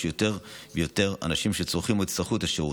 יש יותר ויותר אנשים שצורכים או יצטרכו את השירות.